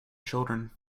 children